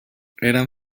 eran